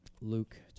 Luke